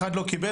אחד לא קיבל,